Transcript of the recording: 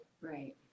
right